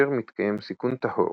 כאשר מתקיים סיכון טהור,